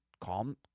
calm